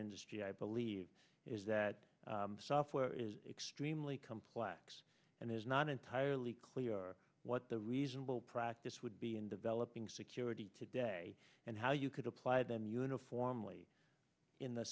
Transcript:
industry i believe is that software is extremely complex and is not entirely clear what the reasonable practice would be in developing security today and how you could apply them uniformly in the